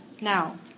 now